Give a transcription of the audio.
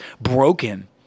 broken